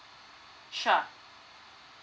sure